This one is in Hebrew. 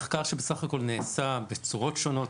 מחקר שבסך הכול נעשה בצורות שונות,